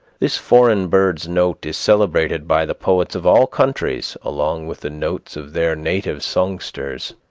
this foreign bird's note is celebrated by the poets of all countries along with the notes of their native songsters.